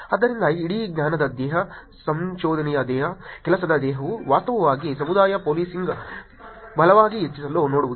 ಆದ್ದರಿಂದ ಇಡೀ ಜ್ಞಾನದ ದೇಹ ಸಂಶೋಧನೆಯ ದೇಹ ಕೆಲಸದ ದೇಹವು ವಾಸ್ತವವಾಗಿ ಸಮುದಾಯ ಪೋಲೀಸಿಂಗ್ ಬಲವನ್ನು ಹೆಚ್ಚಿಸಲು ನೋಡುವುದು